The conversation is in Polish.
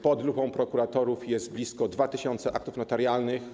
Pod lupą prokuratorów jest blisko 2 tys. aktów notarialnych.